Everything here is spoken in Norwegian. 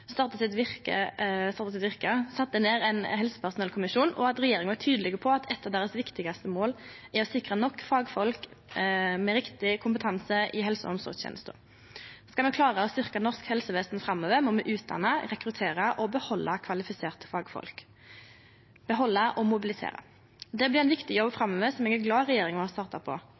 starta sitt verke, sette ned ein helsepersonellkommisjon, og at regjeringa er tydeleg på at eitt av deira viktigaste mål er å sikre nok fagfolk med riktig kompetanse i helse- og omsorgstenesta. Skal me klare å styrkje norsk helsevesen framover, må me utdanne, rekruttere, behalde og mobilisere kvalifiserte fagfolk. Det blir ein viktig jobb framover som eg er glad for at regjeringa har starta på.